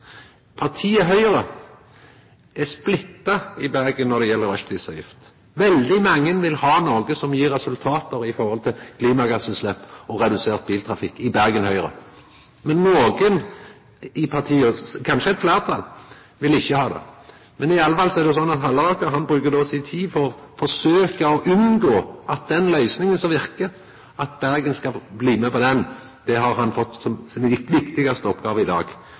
Partiet Høgre er splitta i Bergen når det gjeld rushtidsavgift. Veldig mange i Bergen Høgre vil ha noko som gjev resultat i forhold til klimagassutslepp, og vil ha redusert biltrafikk. Andre i partiet, kanskje eit fleirtal, vil ikkje ha det. Men iallfall er det sånn at Halleraker då bruker si tid på å forsøkja å unngå at Bergen skal bli med på den løysinga som verkar. Det har han fått som si viktigaste oppgåve i dag.